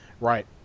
Right